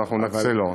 אנחנו נקצה לו.